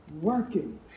working